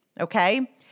okay